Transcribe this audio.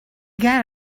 got